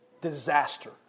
Disaster